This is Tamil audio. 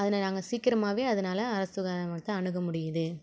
அதில் நாங்கள் சீக்கிரமாகவே அதுனால் அரசு சுகாதார மையத்தை அணுக முடியுது